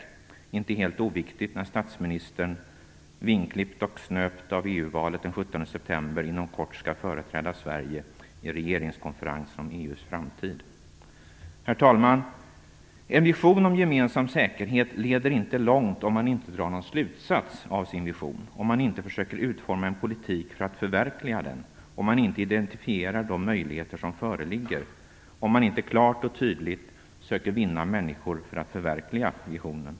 Det är inte helt oviktigt när statsministern, vingklippt och snöpt av EU valet den 17 september, inom kort skall företräda Sverige i regeringskonferensen om Herr talman! En vision om gemensam säkerhet leder inte långt om man inte drar någon slutsats av sin vision, om man inte försöker att utforma en politik för att förverkliga den, om man inte identifierar de möjligheter som föreligger och om man inte klart och tydligt söker vinna människor för att förverkliga visionen.